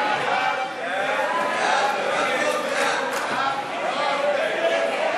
ההצעה להסיר מסדר-היום את הצעת